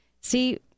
See